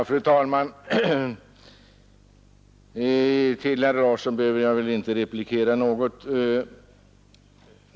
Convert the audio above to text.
Fru talman! Till herr Larsson i Umeå behöver jag inte replikera något.